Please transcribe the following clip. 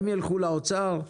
הם ילכו לאוצר,